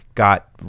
Got